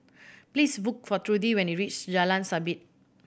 please look for Trudy when you reach Jalan Sabit